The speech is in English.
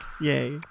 Yay